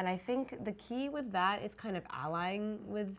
and i think the key with that it's kind of a lie with